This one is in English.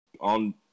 on